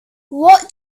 what